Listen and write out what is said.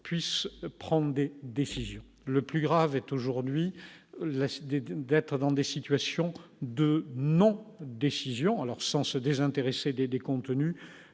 puisse prendre dès décision le plus grave est aujourd'hui la des dunes d'être dans des situations de non-décision alors sans se désintéresser des des contenus,